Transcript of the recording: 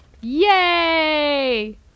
Yay